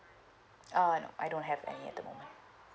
uh no I don't have any at the moment